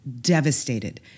devastated